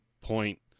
point